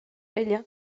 ella